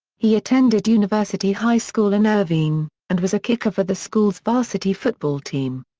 he attended university high school in irvine, and was a kicker for the school's varsity football team.